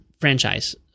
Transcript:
franchise